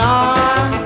on